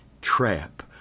trap